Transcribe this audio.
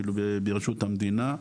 ברשות המדינה,